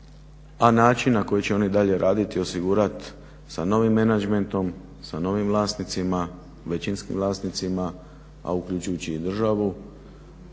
a način na koji će oni dalje raditi osigurat sa novim menadžmentom, novim vlasnicima, većinskim vlasnicima a uključujući i državu,